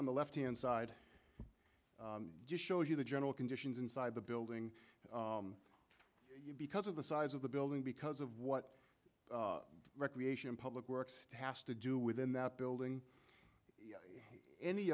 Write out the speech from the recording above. on the left hand side just shows you the general conditions inside the building because of the size of the building because of what the recreation and public works has to do within that building any